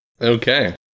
Okay